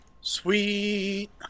Sweet